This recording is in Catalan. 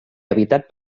habitat